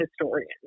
historian